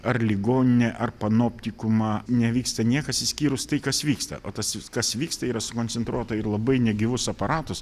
ar ligoninę ar panoptikumą nevyksta niekas išskyrus tai kas vyksta o tas kas vyksta yra sukoncentruota ir labai negyvus aparatus